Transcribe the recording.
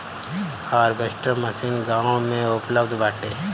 harvester machine गाँव में उपलब्ध बाटे